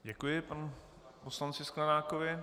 Děkuji panu poslanci Sklenákovi.